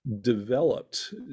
developed